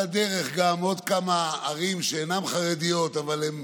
על הדרך גם כמה ערים שאינן חרדיות, אבל הן